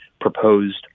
proposed